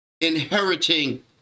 inheriting